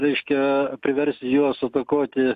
reiškia priversti juos atakuoti